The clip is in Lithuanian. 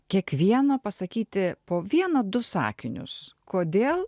kiekvieno pasakyti po vieną du sakinius kodėl